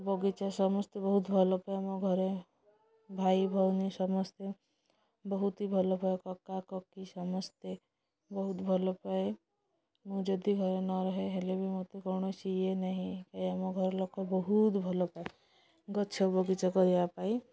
ବଗିଚା ସମସ୍ତେ ବହୁତ ଭଲ ପାଏ ଆମ ଘରେ ଭାଇ ଭଉଣୀ ସମସ୍ତେ ବହୁତ ଭଲ ପାଏ କକା କକି ସମସ୍ତେ ବହୁତ ଭଲ ପାଏ ମୁଁ ଯଦି ଘରେ ନ ରହେ ହେଲେ ବି ମୋତେ କୌଣସି ଇଏ ନାହିଁ ଆମ ଘର ଲୋକ ବହୁତ ଭଲ ପାଏ ଗଛ ବଗିଚା କରିବା ପାଇଁ